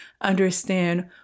understand